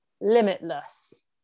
Limitless